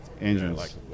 engines